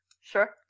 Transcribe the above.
Sure